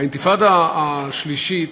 האינתיפאדה השלישית,